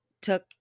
took